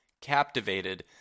captivated